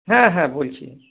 হ্যাঁ হ্যাঁ বলছি